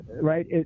Right